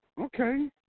Okay